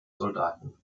soldaten